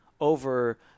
over